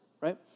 right